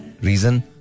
Reason